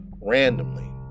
randomly